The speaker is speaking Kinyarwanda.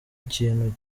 ikintu